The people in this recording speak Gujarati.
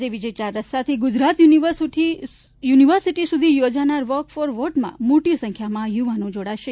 આજે વિજય ચાર રસ્તાથી ગુજરાત યુનિવર્સિટી સુધી યોજાનાર વોક ફોર વોટમાં મોટી સંખ્યામાં યુવાનો જોડાશે